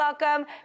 welcome